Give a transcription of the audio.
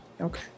okay